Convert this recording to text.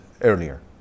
earlier